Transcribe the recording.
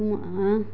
तुम